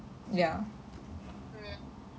mm okay